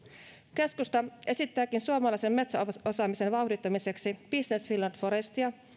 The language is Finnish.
keskusta esittääkin suomalaisen metsäosaamisen vauhdittamiseksi business finland forestia